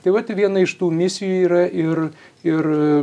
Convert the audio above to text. tai vat viena iš tų misijų yra ir ir